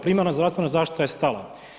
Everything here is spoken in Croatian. Primarna zdravstvena zaštita je stala.